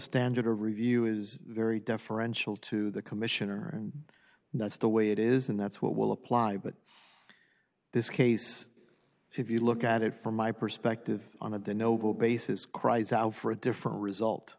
standard of review is very deferential to the commissioner and that's the way it is and that's what will apply but this case if you look at it from my perspective on of the noble basis cries out for a different result